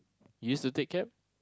you used to take cab